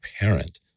parent